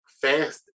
fast